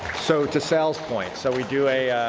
so to sal's point, so we do